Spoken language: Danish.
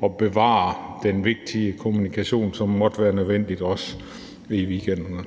og bevare den vigtige kommunikation, som måtte være nødvendig, også i weekenderne.